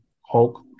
Hulk